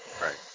Right